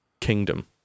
kingdom